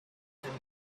thing